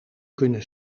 kunnen